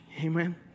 Amen